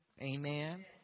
Amen